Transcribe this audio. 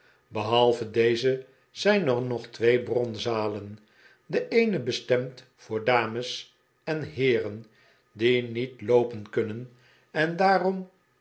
behalve deze zijn er nog twee bronzalen de eene bestemd voor dames en heeren die niet loopen kunnen en daarom